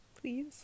please